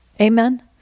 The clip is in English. Amen